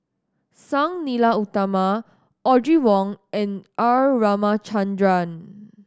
Sang Nila Utama Audrey Wong and R Ramachandran